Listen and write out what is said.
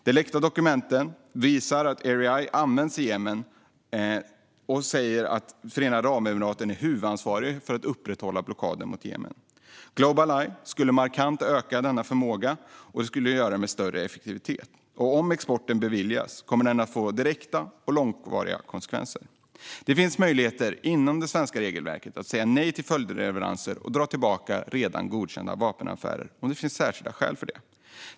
De läckta dokumenten som visar att Erieye används i Jemen säger också att Förenade Arabemiraten är huvudansvarigt för att upprätthålla blockaden av Jemen. Globaleye skulle markant öka denna förmåga - och med större effektivitet. Om exporten beviljas kommer den att få direkta och långvariga konsekvenser. Det finns möjligheter inom det svenska regelverket att säga nej till följdleveranser och dra tillbaka redan godkända vapenaffärer om det finns särskilda skäl för det.